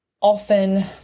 often